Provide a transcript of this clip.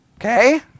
Okay